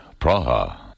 Praha